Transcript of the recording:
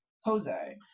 Jose